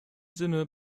sinne